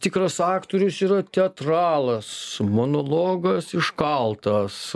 tikras aktorius yra teatralas monologas iškaltas